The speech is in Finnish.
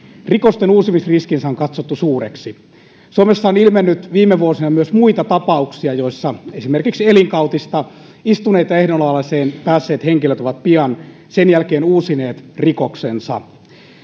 rikosten uusimisriskinsä on katsottu suureksi suomessa on ilmennyt viime vuosina myös muita tapauksia joissa esimerkiksi elinkautista istuneet ja ehdonalaiseen päässeet henkilöt ovat pian sen jälkeen uusineet rikoksensa